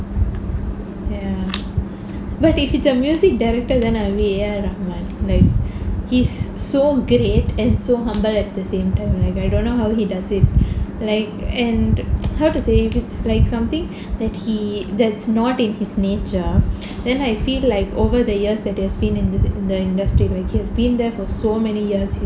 ya but if he's a music director I will A_R rahman like he's so great so humble at the same time like I don't know how he does it like and how to say it's like something that he that's not in his nature then I feel like over the years that has been in the in the industry where he has been there for so many years